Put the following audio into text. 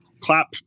clap